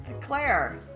Claire